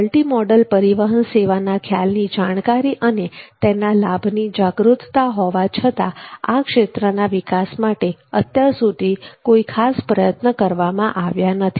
multimodal પરિવહન સેવાના ખ્યાલની જાણકારી અને તેના લાભની જાગૃતતા હોવા છતાં આ ક્ષેત્રના વિકાસ માટે અત્યાર સુધી ખાસ કોઈ પ્રયત્નો કરવામાં આવ્યા નથી